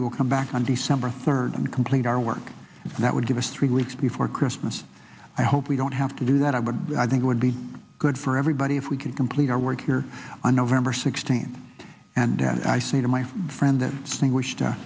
we will come back on december third and complete our work and that would give us three weeks before christmas i hope we don't have to do that i would i think it would be good for everybody if we could complete our work here on november sixteenth and i say to my friend that i think wish